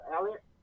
Elliot